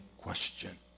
question